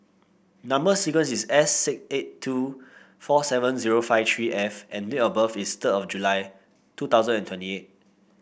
number sequence is S eight two four seven zero five three F and date of birth is third of July two thousand and twenty eight